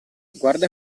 guarda